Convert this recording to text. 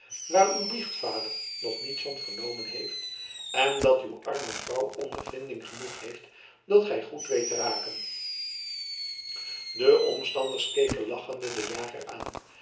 waar uw biechtvader nog niets van vernomen heeft en dat uw arme vrouw ondervinding genoeg heeft dat gij goed weet te raken de omstanders keken lachende den jager aan